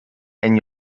and